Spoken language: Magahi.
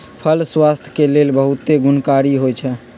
फल स्वास्थ्य के लेल बहुते गुणकारी होइ छइ